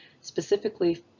specifically